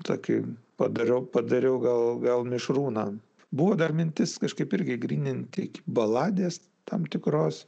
tokį padariau padariau gal gal mišrūną buvo dar mintis kažkaip irgi gryninti iki baladės tam tikros